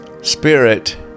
Spirit